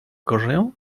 correo